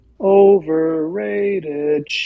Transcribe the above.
overrated